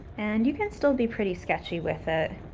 and you can still be pretty sketchy with it,